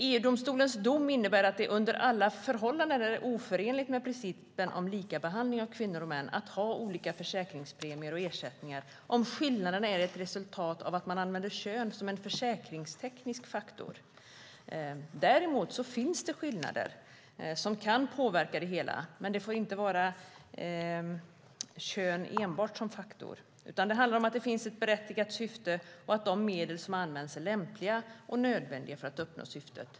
EU-domstolens dom innebär att det under alla förhållanden är oförenligt med principen om likabehandling av kvinnor och män att ha olika försäkringspremier och ersättningar om skillnaden är ett resultat av att man använder kön som en försäkringsteknisk faktor. Däremot finns det skillnader som kan påverka det hela. Men kön får inte vara den enda faktorn. Det handlar om att det finns ett berättigat syfte och att de medel som används är lämpliga och nödvändiga för att uppnå syftet.